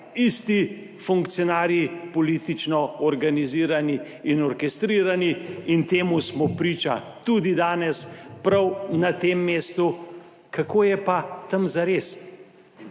isti funkcionarji politično organizirani in orkestrirani, in temu smo priča tudi danes, prav na tem mestu? Kako je pa tam zares?